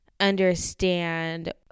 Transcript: understand